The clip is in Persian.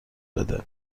بده